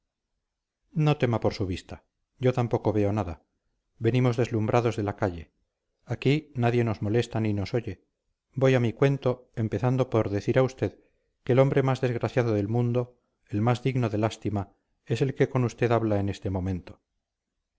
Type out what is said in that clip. no tema por su vista yo tampoco veo nada venimos deslumbrados de la calle aquí nadie nos molesta ni nos oye voy a mi cuento empezando por decir a usted que el hombre más desgraciado del mundo el más digno de lástima es el que con usted habla en este momento